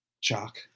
chalk